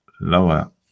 lower